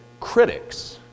critics